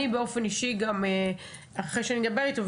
אני באופן אישי אדבר איתו,